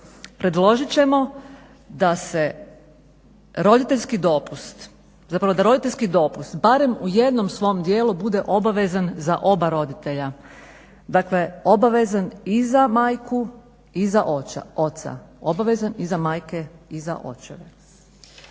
na korištenje roditeljskog dopusta predložit ćemo da roditeljski dopust barem u jednom svom dijelu bude obavezan za oba roditelja. Dakle obavezan i za majku i za oca, obavezan i za majke i za očeve.